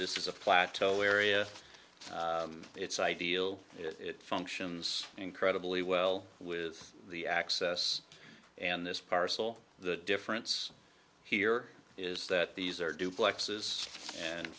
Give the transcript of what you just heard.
this is a plateau area it's ideal it functions incredibly well with the access and this parcel the difference here is that these are duplexes and